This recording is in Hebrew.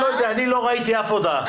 אני לא יודע, אני לא ראיתי אף הודעה,